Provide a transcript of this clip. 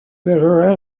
better